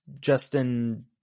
Justin